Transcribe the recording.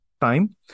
time